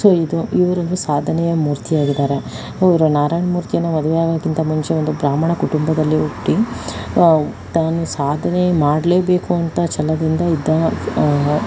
so ಇದು ಇವರೊಂದು ಸಾಧನೆಯ ಮೂರ್ತಿಯಾಗಿದ್ದಾರೆ ಇವರು ನಾರಾಯಣ್ ಮೂರ್ತಿಯನ್ನು ಮದುವೆ ಆಗೋಕ್ಕಿಂತ ಮುಂಚೆ ಒಂದು ಬ್ರಾಹ್ಮಣ ಕುಟುಂಬದಲ್ಲಿ ಹುಟ್ಟಿ ತಾನು ಸಾಧನೆ ಮಾಡ್ಲೇಬೇಕು ಅಂತ ಛಲದಿಂದ ಇದ್ದ